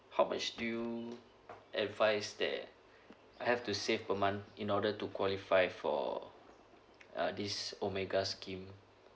how much do you advise that I have to save per month in order to qualify for uh this omega scheme